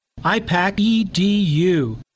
IPAC-EDU